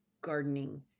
gardening